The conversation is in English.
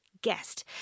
guest